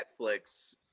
Netflix –